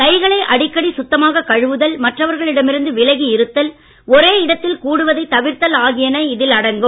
கைகளை அடிக்கடி சுத்தமாக கழுவுதல் மற்றவர்களிடம் இருந்து விலகி இருத்தல் ஒரே இடத்தில் கூடுவதை தவிர்த்தல் ஆகியன இதில்அடங்கும்